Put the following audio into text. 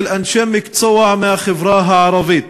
של אנשי מקצוע מהחברה הערבית.